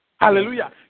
Hallelujah